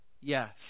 Yes